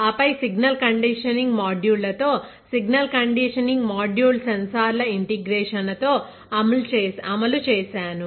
ఆపై signal conditioning మాడ్యూళ్ళతో signal conditioning module సెన్సార్ల ఇంటిగ్రేషన్ తో అమలు చేస్తాను